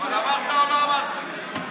אבל אמרת או לא אמרת את זה?